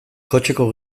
kotxeko